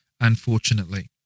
unfortunately